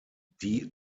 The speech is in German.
die